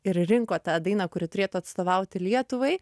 ir rinko tą dainą kuri turėtų atstovauti lietuvai